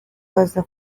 baza